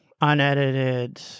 unedited